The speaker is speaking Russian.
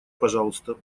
пожалуйста